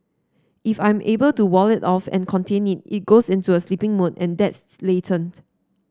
if I'm able to wall it off and contain it it goes into a sleeping mode and that's latent